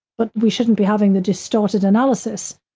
but we shouldn't be having the distorted analysis.